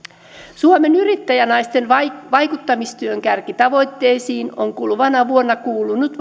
suomen yrittäjänaisten vaikuttamistyön kärkitavoitteisiin on kuluvana vuonna kuulunut